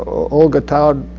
olga todd,